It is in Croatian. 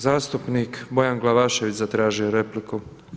Zastupnik Bojan Glavašević zatražio je repliku.